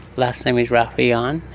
last name is rafieyan,